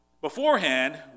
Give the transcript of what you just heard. Beforehand